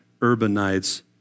urbanites